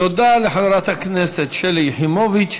תודה לחברת הכנסת שלי יחימוביץ.